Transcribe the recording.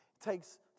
takes